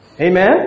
Amen